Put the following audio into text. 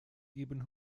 ibn